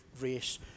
race